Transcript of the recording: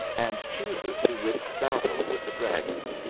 and chooses to risk battle with the dragon.